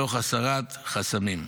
תוך הסרת חסמים,